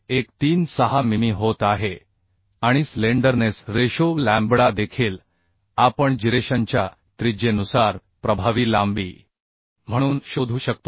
136 मिमी होत आहे आणि स्लेंडरनेस रेशो लॅम्बडा देखील आपण जिरेशनच्या त्रिज्येनुसार प्रभावी लांबी म्हणून शोधू शकतो